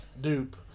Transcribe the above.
dupe